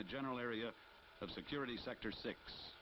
the general area of security sector six